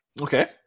Okay